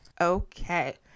Okay